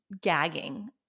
gagging